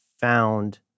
found